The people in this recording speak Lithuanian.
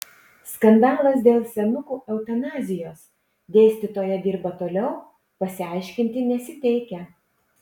skandalas dėl senukų eutanazijos dėstytoja dirba toliau pasiaiškinti nesiteikia